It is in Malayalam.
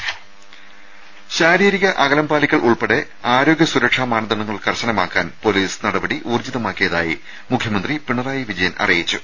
രുര ശാരീരിക അകലം പാലിക്കൽ ഉൾപ്പെടെ ആരോഗ്യ സുരക്ഷാ മാനദണ്ഡങ്ങൾ കർശനമാക്കാൻ പൊലീസ് നടപടി ഊർജ്ജിതമാക്കിയതായി മുഖ്യമന്ത്രി പിണറായി വിജയൻ അറിയിച്ചു